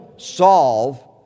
Solve